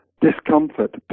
discomfort